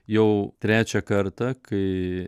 jau trečią kartą kai